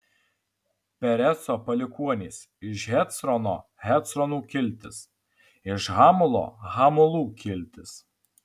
pereco palikuonys iš hecrono hecronų kiltis iš hamulo hamulų kiltis